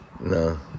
No